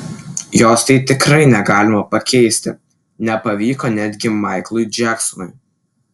jos tai tikrai negalima pakeisti nepavyko netgi maiklui džeksonui